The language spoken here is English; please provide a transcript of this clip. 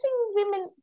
women